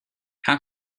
how